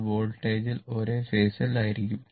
ഇത് വോൾട്ടേജിൽ ഒരേ ഫേസ് ൽ ആയിരിക്കും